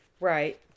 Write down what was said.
Right